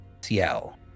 cl